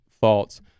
thoughts